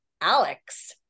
alex